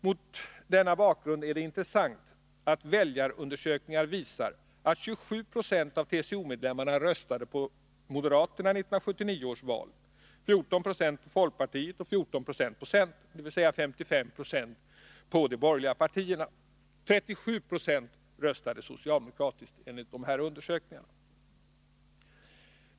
Mot denna bakgrund är det intressant att väljarundersökningar visar att 27 Jo av TCO-medlemmarna röstade på moderaterna i 1979 års val, 14 90 på folkpartiet och 14 96 på centern, dvs. 55 90 på de borgerliga partierna. 37 o röstade socialdemokratiskt enligt dessa undersökningar.